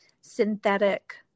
synthetic